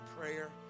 prayer